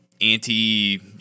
anti